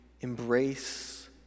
embrace